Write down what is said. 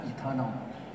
eternal